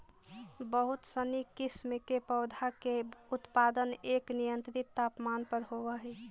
बहुत सनी किस्म के पौधा के उत्पादन एक नियंत्रित तापमान पर होवऽ हइ